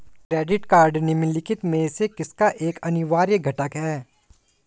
Credit card निम्नलिखित में से किसका एक अनिवार्य घटक है?